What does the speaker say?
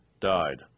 died